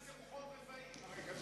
קדימה זה רוחות רפאים, הרגע שמענו.